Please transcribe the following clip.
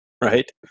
right